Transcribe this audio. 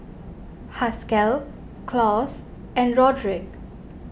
Haskell Claus and Roderic